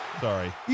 Sorry